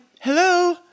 hello